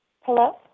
Hello